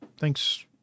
thanks